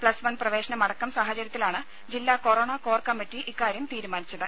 plus one പ്രവേശനമടക്കം സാഹചര്യത്തിലാണ് ജില്ലാ കൊറോണ കോർ കമ്മിറ്റി ഇക്കാര്യം തീരുമാനിച്ചത്